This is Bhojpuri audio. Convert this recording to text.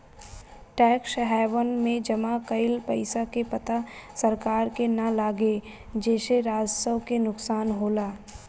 टैक्स हैवन में जमा कइल पइसा के पता सरकार के ना लागे जेसे राजस्व के नुकसान होला